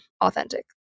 authentic